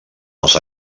les